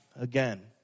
again